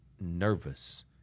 nervous